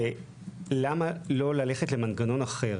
אז למה לא ללכת למנגנון אחר,